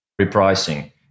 repricing